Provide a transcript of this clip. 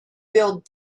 build